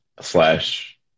slash